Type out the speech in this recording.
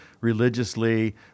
religiously